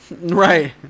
Right